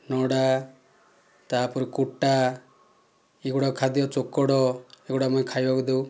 ନଡ଼ା ତା'ପରେ କୁଟା ଏଗୁଡ଼ା ଖାଦ୍ୟ ଚୋକଡ଼ ଏଗୁଡ଼ାକ ଆମେ ଖାଇବାକୁ ଦେଉ